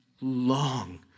long